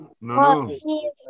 No